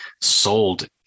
sold